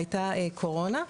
והייתה קורונה.